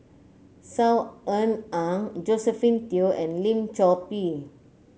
Saw Ean Ang Josephine Teo and Lim Chor Pee